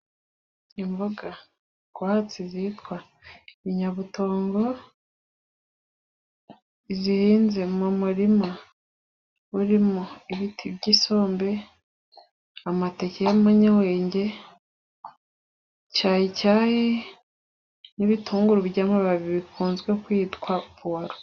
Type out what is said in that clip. Imboga rwatsi zitwa inyabutongo zihinze mu murima, urimo ibiti by'isombe, amateke y'amanyawenge, cyacyayi n'ibitunguru by'amababi bikunzwe kwitwa puwaro.